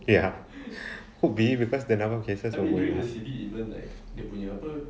ya who be it because the number of cases were like